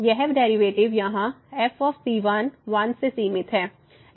यह डेरिवेटिव यहाँ f 1 से सीमित है